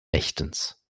rechtens